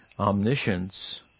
Omniscience